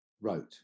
wrote